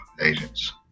agents